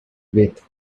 with